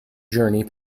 journey